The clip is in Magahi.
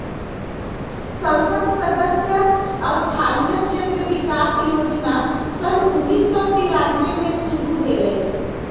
संसद सदस्य स्थानीय क्षेत्र विकास जोजना सन उन्नीस सौ तिरानमें में शुरु भेलई